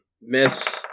miss